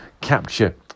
capture